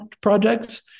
projects